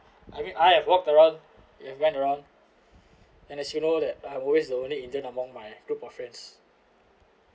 I mean I have walked around you have run around and as you know that I'm always the only indian among my group of friends